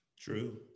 True